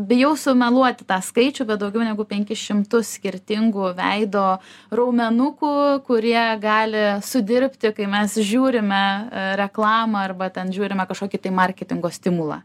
bijau sumeluoti tą skaičių bet daugiau negu penkis šimtus skirtingų veido raumenukų kurie gali sudirbti kai mes žiūrime reklamą arba ten žiūrime kašokį tai marketingo stimulą